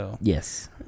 Yes